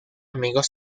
amigos